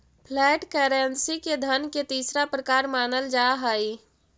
flat currency के धन के तीसरा प्रकार मानल जा हई